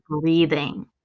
breathing